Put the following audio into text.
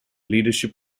leadership